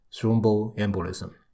thromboembolism